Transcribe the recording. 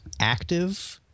active